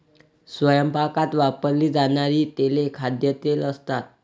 स्वयंपाकात वापरली जाणारी तेले खाद्यतेल असतात